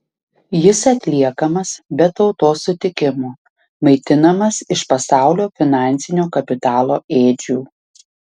jis atliekamas be tautos sutikimo maitinamas iš pasaulio finansinio kapitalo ėdžių